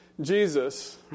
Jesus